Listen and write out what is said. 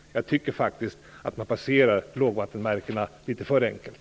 Jag tycker faktiskt att han passerar lågvattenmärkena litet för enkelt.